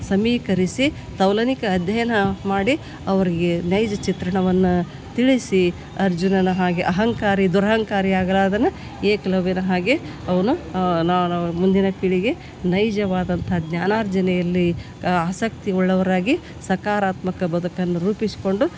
ಸಮೀಕರಿಸಿ ತೌಲನಿಕ ಅಧ್ಯಯನ ಮಾಡಿ ಅವ್ರಿಗೆ ನೈಜ ಚಿತ್ರಣವನ್ನು ತಿಳಿಸಿ ಅರ್ಜುನನ ಹಾಗೆ ಅಹಂಕಾರಿ ದುರಹಂಕಾರಿ ಆಗಲಾರ್ದೆನ ಏಕಲವ್ಯನ ಹಾಗೆ ಅವನು ನಾನು ಮುಂದಿನ ಪೀಳಿಗೆ ನೈಜವಾದಂಥ ಜ್ಞಾನಾರ್ಜನೆಯಲ್ಲಿ ಆಸಕ್ತಿ ಉಳ್ಳವರಾಗಿ ಸಕಾರಾತ್ಮಕ ಬದುಕನ್ನ ರೂಪಿಸಿಕೊಂಡು